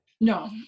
No